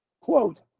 Quote